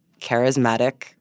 charismatic